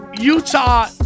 Utah –